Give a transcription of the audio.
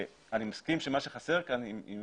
אני מסכים שמה שחסר כאן, אם